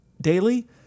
daily